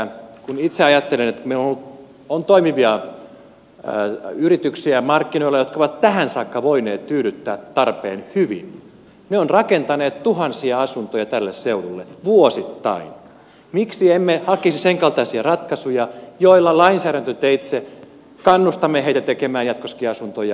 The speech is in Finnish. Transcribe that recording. kun itse ajattelen että meillä on toimivia yrityksiä markkinoilla jotka ovat tähän saakka voineet tyydyttää tarpeen hyvin ne ovat rakentaneet tuhansia asuntoja tälle seudulle vuosittain miksi emme hakisi senkaltaisia ratkaisuja joilla lainsäädäntöteitse kannustamme niitä tekemään jatkossakin asuntoja